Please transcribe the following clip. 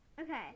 okay